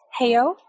Heyo